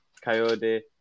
Coyote